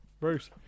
Bruce